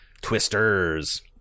twisters